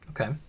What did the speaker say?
Okay